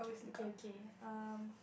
okay okay um